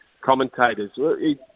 commentators